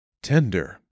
Tender